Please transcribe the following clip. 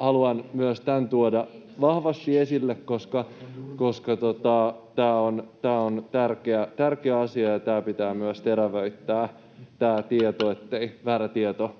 Haluan myös tämän tuoda vahvasti esille, koska tämä on tärkeä asia ja pitää myös terävöittää tämä tieto, ettei väärä tieto